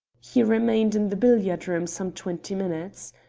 he remained in the billiard-room some twenty minutes.